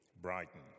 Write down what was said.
Brighton